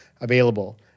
available